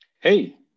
Hey